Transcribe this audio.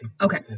Okay